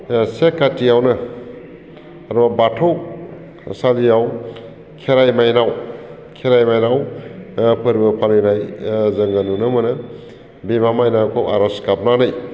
से कातियावनो आरो बाथौसालियाव खेराइ माइनाव फोरबो फालिनाय जोङो नुनो मोनो बिमा माइनावखौ आरज गाबनानै